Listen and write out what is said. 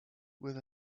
with